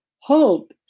Hope